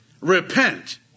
Repent